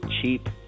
cheap